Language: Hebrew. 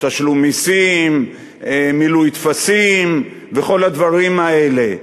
תשלום מסים, מילוי טפסים וכל הדברים האלה,